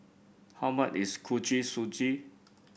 how much is Kuih Suji